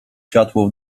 światło